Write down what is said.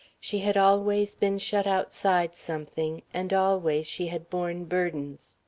she had always been shut outside something, and always she had borne burdens.